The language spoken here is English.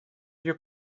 your